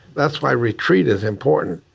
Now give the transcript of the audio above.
that's why retreat is important.